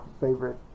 favorite